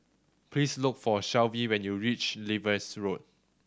please look for Shelvie when you reach Lewis Road